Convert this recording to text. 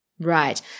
Right